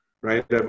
right